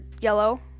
Yellow